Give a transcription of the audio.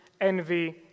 envy